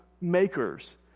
makers